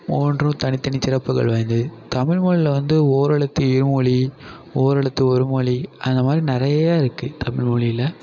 ஒவ்வொன்றும் தனித்தனி சிறப்புகள் வாய்ந்தது தமிழ் மொழில வந்து ஓரெழுத்து இருமொழி ஓரெழுத்து ஒருமொழி அந்த மாதிரி நிறைய இருக்குது தமிழ் மொழியில